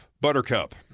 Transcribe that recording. Buttercup